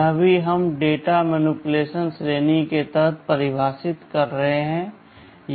यह भी हम डेटा मैनीपुलेशन श्रेणी के तहत परिभाषित कर रहे हैं